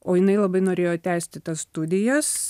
o jinai labai norėjo tęsti tas studijas